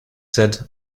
said